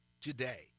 today